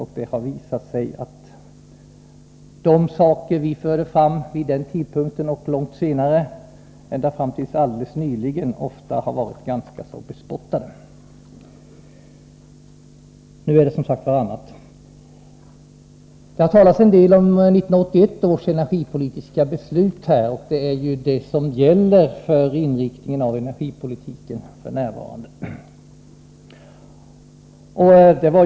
De synpunkter som vi förde fram 1974 och även fört fram långt senare har ofta — ända fram till alldeles nyligen — varit ganska så bespottade. Nu är det som sagt annorlunda. Det har i dag talats en del om 1981 års energipolitiska beslut, som ligger bakom den nuvarande inriktningen av energipolitiken.